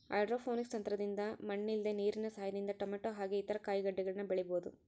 hydroponics ತಂತ್ರದಿಂದ ಮಣ್ಣಿಲ್ದೆ ನೀರಿನ ಸಹಾಯದಿಂದ ಟೊಮೇಟೊ ಹಾಗೆ ಇತರ ಕಾಯಿಗಡ್ಡೆಗಳನ್ನ ಬೆಳಿಬೊದು